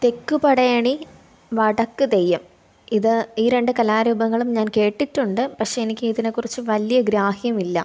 തെക്ക് പടയണി വടക്ക് തെയ്യം ഇത് ഈ രണ്ട് കലാരൂപങ്ങളും ഞാൻ കേട്ടിട്ടുണ്ട് പക്ഷെ എനിക്ക് ഇതിനെ കുറിച്ച് വലിയ ഗ്രാഹ്യമില്ല